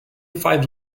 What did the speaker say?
five